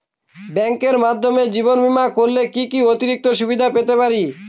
ব্যাংকের মাধ্যমে জীবন বীমা করলে কি কি অতিরিক্ত সুবিধে পেতে পারি?